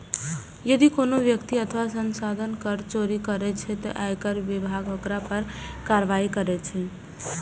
यदि कोनो व्यक्ति अथवा संस्था कर चोरी करै छै, ते आयकर विभाग ओकरा पर कार्रवाई करै छै